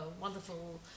wonderful